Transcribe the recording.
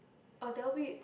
uh there will be